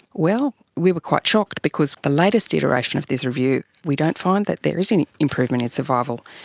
well, we were quite shocked because the latest iteration of this review, we don't find that there is any improvement in survival.